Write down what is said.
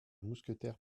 mousquetaire